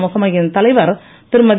முகமையின் தலைவர் திருமதி